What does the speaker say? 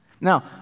Now